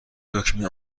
دکمه